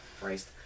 Christ